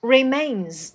Remains